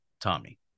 Tommy